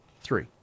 Three